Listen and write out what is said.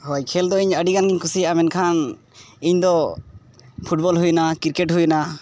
ᱦᱳᱭ ᱠᱷᱮ ᱞ ᱫᱚ ᱤᱧ ᱟᱹᱰᱤ ᱜᱟᱱᱤᱧ ᱠᱩᱥᱤᱭᱟᱜᱼᱟ ᱢᱮᱱᱠᱷᱟᱱ ᱤᱧᱫᱚ ᱦᱩᱭᱱᱟ ᱦᱩᱭᱱᱟ